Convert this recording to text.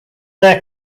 their